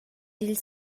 dil